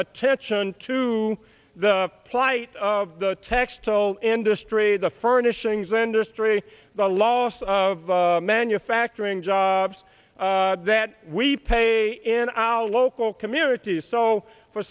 attention to the plight of the textile industry the furnishings industry the loss of manufacturing jobs that we pay in our local communities so for